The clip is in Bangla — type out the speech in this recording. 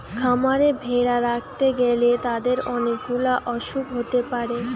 খামারে ভেড়া রাখতে গ্যালে তাদের অনেক গুলা অসুখ হতে পারে